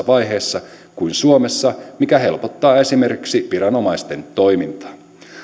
vaiheessa kuin suomessa mikä helpottaa esimerkiksi viranomaisten toimintaa